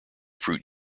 fruit